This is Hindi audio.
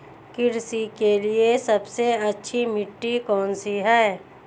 कृषि के लिए सबसे अच्छी मिट्टी कौन सी है?